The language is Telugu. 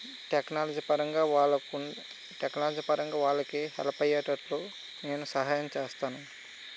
టెక్నాలజీ పరంగా వాళ్ళకు టెక్నాలజీ పరంగా వాళ్ళకి హెల్ప్ అయ్యేటట్టు నేను సహాయం చేస్తాను